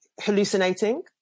hallucinating